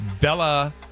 Bella